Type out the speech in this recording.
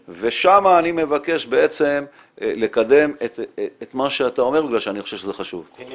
ושם אני מבקש לקדם את מה שאתה אומר בגלל שאני חושב שזה חשוב.